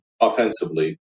offensively